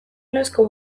noizko